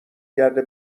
گرده